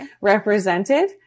represented